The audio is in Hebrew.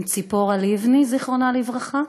עם ציפורה לבני, זיכרונה לברכה,